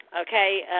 okay